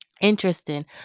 interesting